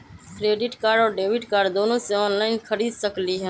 Credit card और debit card दोनों से ऑनलाइन खरीद सकली ह?